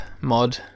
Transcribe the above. mod